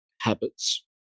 habits